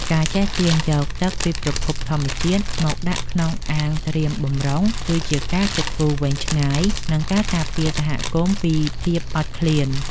ការចេះទាញយកទឹកពីប្រភពធម្មជាតិមកដាក់ក្នុងអាងត្រៀមបម្រុងគឺជាការគិតគូរវែងឆ្ងាយ និងជាការការពារសហគមន៍ពីភាពអត់ឃ្លាន។